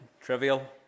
trivial